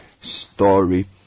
story